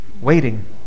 waiting